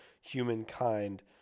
humankind